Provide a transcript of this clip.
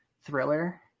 thriller